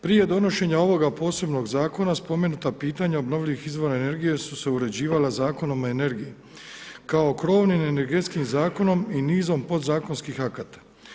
Prije donošenja ovog posebnog zakona spomenuta pitanja obnovljivih izvora energije su se uređivala Zakonom o energiji kao krovnim energetskim zakonom i nizom podzakonskih akata.